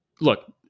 look